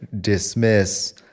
dismiss